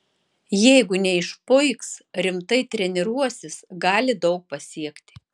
jeigu neišpuiks rimtai treniruosis gali daug pasiekti